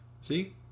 see